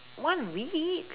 one week